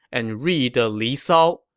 and read the li sao,